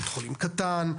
בית חולים קטן,